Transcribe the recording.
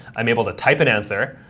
i'm able to type an answer.